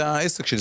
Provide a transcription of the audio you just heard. זה העסק שלי,